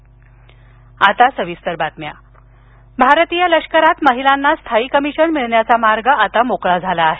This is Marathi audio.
लष्कर महिला भारतीय लष्करात महिलांना स्थायी कमिशन मिळण्याचा मार्ग आता मोकळा झाला आहे